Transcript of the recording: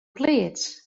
pleats